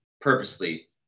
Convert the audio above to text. purposely